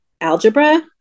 algebra